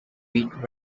reed